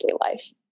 life